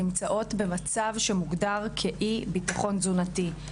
נמצאות במצב שמוגדר כאי ביטחון תזונתי,